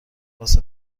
واسه